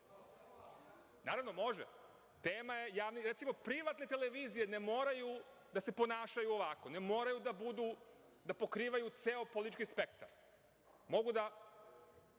temi?)Naravno, može. Recimo, privatne televizije ne moraju da se ponašaju ovako, ne moraju da pokrivaju ceo politički spektar. Mogu da